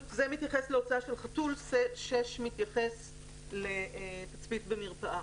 מתייחס להוצאה של חתול, 6 מתייחס לתצפית במרפאה.